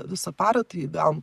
visą parą tai gavom